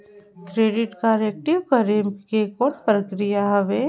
Credit card active करे के कौन प्रक्रिया हवे?